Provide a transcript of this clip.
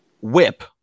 whip